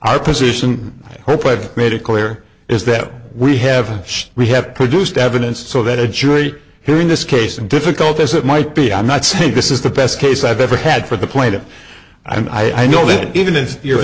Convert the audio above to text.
our position hope i've made it clear is that we have we have produced evidence so that a jury hearing this case and difficult as it might be i'm not saying this is the best case i've ever had for the plaintiff i know that even if your